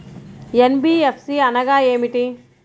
NBFC అనగా ఏమిటీ?